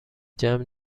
جمع